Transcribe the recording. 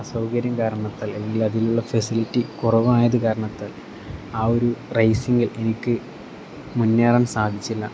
അസൗകര്യം കാരണത്തിൽ അല്ലെങ്കിൽ അതിലുള്ള ഫെസിലിറ്റി കുറവായത് കാരണത്താൽ ആ ഒരു റൈസിംഗിൽ എനിക്ക് മുന്നേറാൻ സാധിച്ചില്ല